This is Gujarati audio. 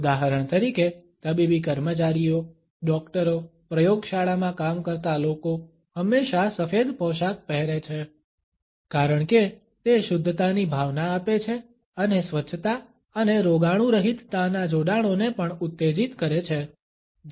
ઉદાહરણ તરીકે તબીબી કર્મચારીઓ ડોકટરો પ્રયોગશાળામાં કામ કરતા લોકો હંમેશા સફેદ પોશાક પહેરે છે કારણ કે તે શુદ્ધતાની ભાવના આપે છે અને સ્વચ્છતા અને રોગાણુરહિતતાના જોડાણોને પણ ઉત્તેજિત કરે છે